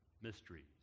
mysteries